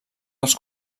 dels